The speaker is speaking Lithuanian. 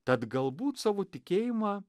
tad galbūt savo tikėjimą